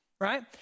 right